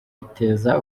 biteza